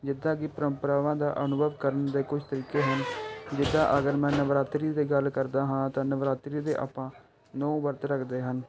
ਜਿੱਦਾਂ ਕਿ ਪਰੰਪਰਾਵਾਂ ਦਾ ਅਨੁਭਵ ਕਰਨ ਦੇ ਕੁਝ ਤਰੀਕੇ ਹਨ ਜਿੱਦਾਂ ਅਗਰ ਮੈਂ ਨਵਰਾਤਰੀ ਦੀ ਗੱਲ ਕਰਦਾ ਹਾਂ ਤਾਂ ਨਵਰਾਤਰੀ ਦੇ ਆਪਾਂ ਨੌ ਵਰਤ ਰੱਖਦੇ ਹਨ